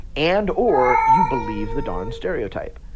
and or you believe the darned stereotype.